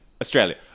Australia